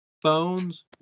Phones